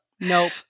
Nope